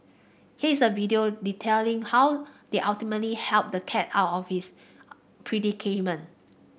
here is the video detailing how they ultimately helped the cat out of office predicament